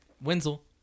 Wenzel